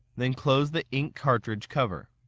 then close the ink cartridge cover.